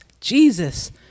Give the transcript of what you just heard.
Jesus